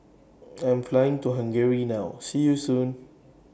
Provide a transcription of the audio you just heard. I Am Flying to Hungary now See YOU Soon